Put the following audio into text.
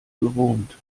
gewohnt